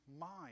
mind